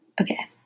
Okay